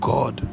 God